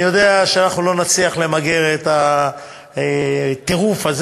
אני יודע שאנחנו לא נצליח למגר את הטירוף הזה,